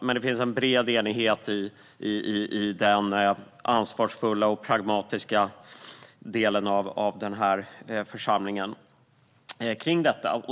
Men det finns en bred enighet kring detta i den ansvarsfulla och pragmatiska delen av den här församlingen.